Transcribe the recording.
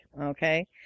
Okay